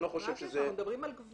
אני לא חושב שזה הדיון שמתקיים פה היום.